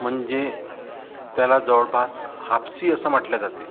म्हणजे त्याला जवळपास हापसी असं म्हटल्या जाते